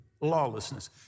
lawlessness